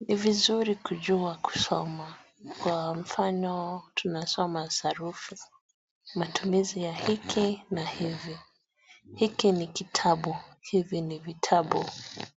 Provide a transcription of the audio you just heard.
Ni vizuri kujua kusoma, kwa mfano tunasoma sarufi. Matumizi ya hiki na hivi, hiki ni kitabu, hivi ni vitabu,